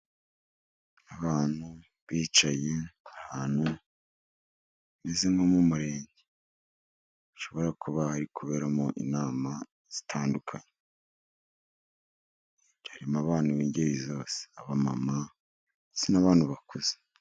Abantu bicaye ahantu hameze nko mu murenge. Hashobora kuba hari kuberamo inama zitandukanye. Harimo abantu b'ingeri zose. Abamama ndetse n'abantu bakuze.